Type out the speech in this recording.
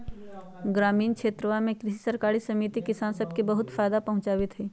ग्रामीण क्षेत्रवा में कृषि सरकारी समिति किसान सब के बहुत फायदा पहुंचावीत हई